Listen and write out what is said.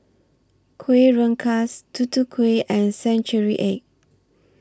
Kuih Rengas Tutu Kueh and Century Egg